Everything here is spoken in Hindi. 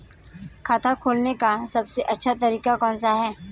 खाता खोलने का सबसे अच्छा तरीका कौन सा है?